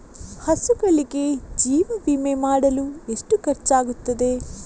ಹಸುಗಳಿಗೆ ಜೀವ ವಿಮೆ ಮಾಡಲು ಎಷ್ಟು ಖರ್ಚಾಗುತ್ತದೆ?